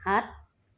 সাত